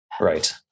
Right